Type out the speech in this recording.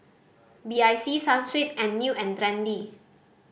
B I C Sunsweet and New and Trendy